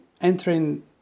entering